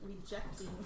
rejecting